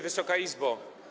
Wysoka Izbo!